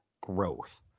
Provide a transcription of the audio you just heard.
growth